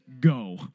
go